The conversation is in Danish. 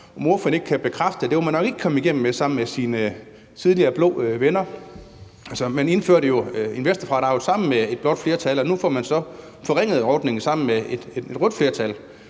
om ordføreren ikke kan bekræfte, at man nok ikke var kommet igennem med det sammen med sine tidligere blå venner. Man indførte jo investorfradraget sammen med et blåt flertal, og nu får man så forringet ordningen sammen med et rødt flertal.